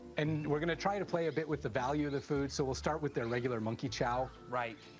and we're going to try to play a bit with the value of the food, so we'll start with their regular monkey chow. right.